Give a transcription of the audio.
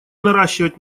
наращивать